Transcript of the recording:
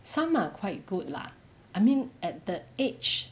some are quite good lah I mean at that age